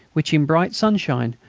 which, in bright sunshine,